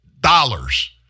dollars